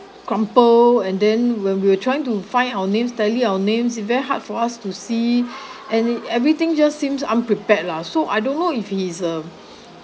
crumbled and then when we were trying to find our names tally our names it's very hard for us to see any everything just seems unprepared lah so I don't know if he's a